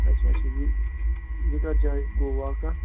اچھا اچھا یہِ کتھ یہ کتھ جایہ گوٚو واقع